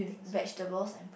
vegetables